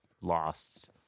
lost